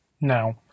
Now